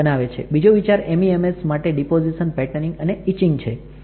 બીજો વિચાર MEMS માટે ડીપોઝીશન પેટર્નિંગ અને ઇચિંગ છે